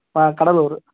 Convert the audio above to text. ஆ Cuddalore